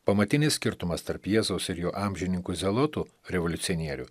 pamatinis skirtumas tarp jėzaus ir jo amžininkų zelotų revoliucionierių